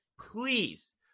Please